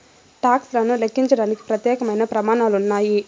talks లను లెక్కించడానికి ప్రత్యేకమైన ప్రమాణాలు ఉన్నాయి